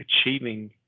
achieving